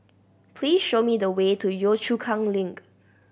please show me the way to Yio Chu Kang Link